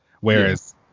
whereas